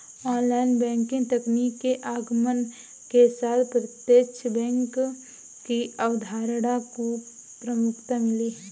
online banking तकनीक के आगमन के साथ प्रत्यक्ष बैंक की अवधारणा को प्रमुखता मिली